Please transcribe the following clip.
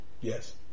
yes